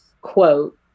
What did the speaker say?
quote